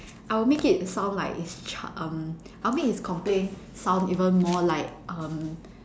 I'll make it sound like is ch~ um I'll make his complaint sounds even more like um